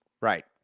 Right